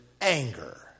anger